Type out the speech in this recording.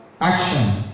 action